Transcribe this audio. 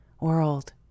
world